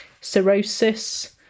cirrhosis